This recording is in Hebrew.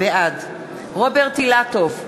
בעד רוברט אילטוב,